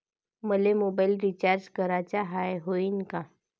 मले mobile recharge कराचा हाय, होईनं का?